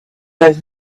those